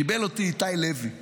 קיבל אותי איתי לוי,